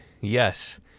Yes